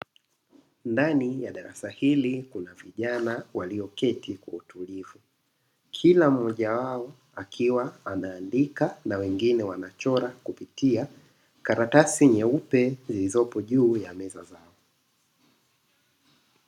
Ndani ya darasa hili kuna vijana walioketi kwa utulivu kila mmoja wao akiwa anaandika na wengine wanachora kupitia karatasi nyeupe zilizopo juu ya meza zao.